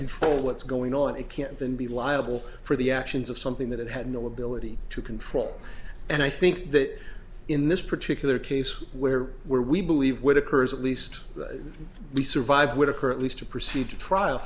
control what's going on it can't then be liable for the actions of something that had no ability to control and i think that in this particular case where were we believe what occurs at least we survive would occur at least to proceed to trial